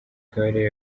kabarebe